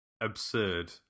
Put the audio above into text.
absurd